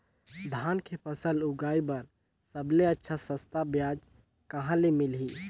धान के फसल उगाई बार सबले अच्छा सस्ता ब्याज कहा ले मिलही?